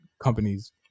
companies